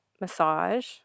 massage